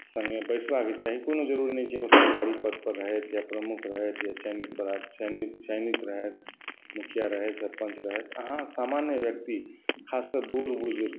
सङ्गे बैसबाक छै कोनो जरूरी नहि छै जे ओ सरकारी पद पर रहथि या परमुख रहथि या चयनित पदा या चयनित रहथि मुखिया रहथि सरपंच रहथि अहाँ सामान्य व्यक्ति खासकऽ बूढ़ बुजुर्ग